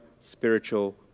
spiritual